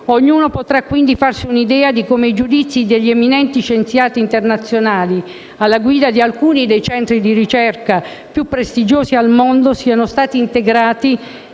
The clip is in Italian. ognuno potrà, quindi, farsi un'idea di come i giudizi degli eminenti scienziati internazionali, alla guida di alcuni dei centri di ricerca più prestigiosi al mondo, siano stati integrati